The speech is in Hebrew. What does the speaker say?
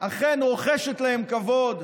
אכן רוחשת להם כבוד,